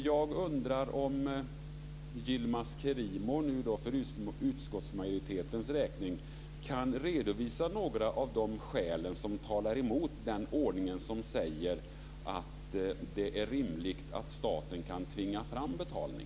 Jag undrar om Yilmaz Kerimo för utskottsmajoritetens räkning kan redovisa några av de skäl som talar emot den ordningen som säger att det är rimligt att staten kan tvinga fram betalning.